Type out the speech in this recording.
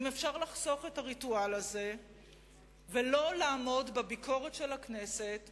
אם אפשר לחסוך את הריטואל הזה ולא לעמוד בביקורת של הכנסת,